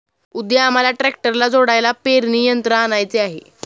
उद्या आम्हाला ट्रॅक्टरला जोडायला पेरणी यंत्र आणायचे आहे